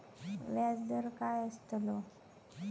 व्याज दर काय आस्तलो?